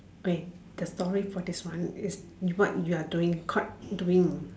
Wei the story for this one is you what you are doing caught doing